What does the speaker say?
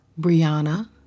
Brianna